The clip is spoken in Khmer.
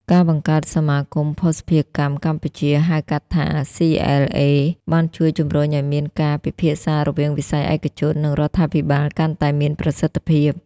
ការបង្កើតសមាគមភស្តុភារកម្មកម្ពុជា ( ហៅកាត់ថា CLA) បានជួយជំរុញឱ្យមានការពិភាក្សារវាងវិស័យឯកជន និងរដ្ឋាភិបាលកាន់តែមានប្រសិទ្ធភាព។